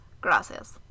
Gracias